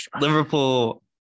Liverpool